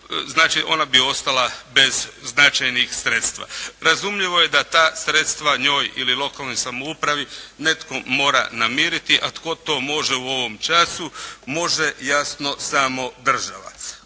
Znači, ona bi ostala bez značajnih sredstva. Razumljivo je da ta sredstva njoj ili lokalnoj samoupravi netko mora namiriti, a tko to može u ovom času. Može jasno samo država.